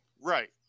Right